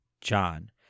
John